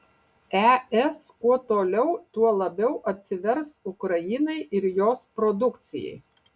es kuo toliau tuo labiau atsivers ukrainai ir jos produkcijai